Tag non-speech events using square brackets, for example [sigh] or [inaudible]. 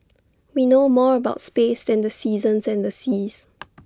we know more about space than the seasons and the seas [noise]